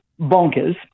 bonkers